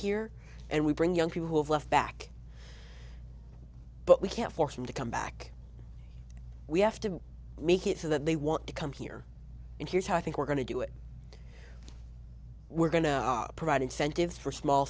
here and we bring young people who have left back but we can't force them to come back we have to make it so that they want to come here and here's how i think we're going to do it we're going to provide incentives for small